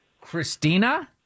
Christina